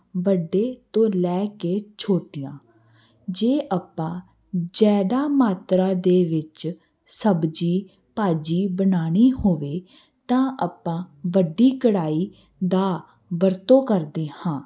ਵੱਡੇ ਤੋਂ ਲੈ ਕੇ ਛੋਟੀਆਂ ਜੇ ਆਪਾਂ ਜ਼ਿਆਦਾ ਮਾਤਰਾ ਦੇ ਵਿੱਚ ਸਬਜ਼ੀ ਭਾਜੀ ਬਣਾਉਣੀ ਹੋਵੇ ਤਾਂ ਆਪਾਂ ਵੱਡੀ ਕੜਾਹੀ ਦਾ ਵਰਤੋਂ ਕਰਦੇ ਹਾਂ